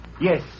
Yes